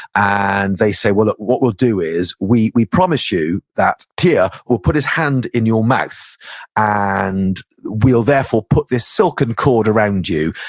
and, they say, well, look. what we'll do is, we we promise you that tyr yeah will put his hand in your mouth and we'll, therefore, put this silken cord around you.